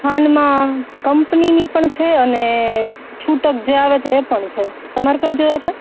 ખાંડમાં કંપનીની પણ છે અને છૂટક જે આવે છે એ પણ છે તમારે કઈ જોઈએ છે